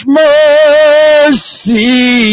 mercy